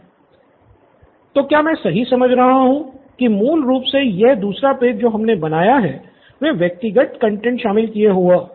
student Nithin तो क्या मैं सही समझ रहा हूँ की मूल रूप से यह दूसरा पेज जो हमने बनाया है वह व्यक्तिगत कंटैंट शामिल किए होगा